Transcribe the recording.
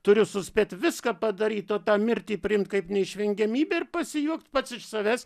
turiu suspėt viską padaryt o tą mirtį priimt kaip neišvengiamybę ir pasijuokt pats iš savęs